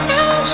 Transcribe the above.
Now